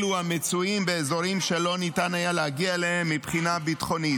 אלו המצויים באזורים שלא ניתן היה להגיע אליהם מבחינה ביטחונית.